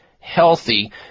healthy